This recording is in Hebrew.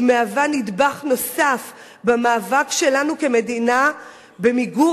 היא מהווה נדבך נוסף במאבק שלנו כמדינה במיגור